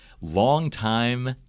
Longtime